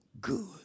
good